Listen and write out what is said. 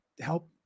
help